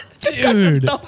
Dude